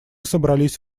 собрались